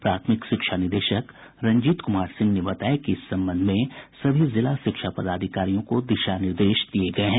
प्राथमिक शिक्षा निदेशक रंजीत कुमार सिंह ने बताया कि इस संबंध में सभी जिला शिक्षा पदाधिकारियों को विस्तृत दिशा निर्देश दिये गये हैं